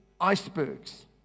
icebergs